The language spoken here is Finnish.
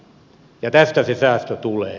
tästä se säästö tulee